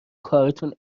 کارتون